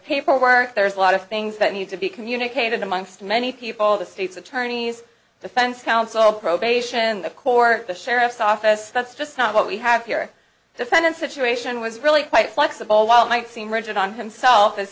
paperwork there's a lot of things that need to be communicated amongst many people the state's attorneys defense counsel probation the court the sheriff's office that's just not what we have here defendant situation was really quite flexible while it might seem rigid on himself as